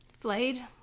Flayed